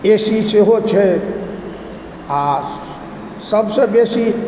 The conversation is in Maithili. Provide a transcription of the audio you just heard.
ए सी सेहो छै आ सभसँ बेसी